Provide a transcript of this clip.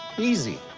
easy.